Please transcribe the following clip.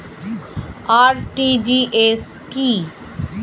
RTGS কি?